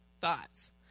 thoughts